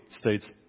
states